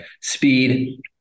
speed